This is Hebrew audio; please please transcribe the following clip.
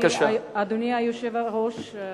היושב-ראש,